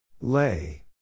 Lay